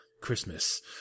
Christmas